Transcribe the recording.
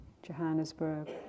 Johannesburg